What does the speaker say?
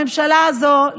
הממשלה הזאת,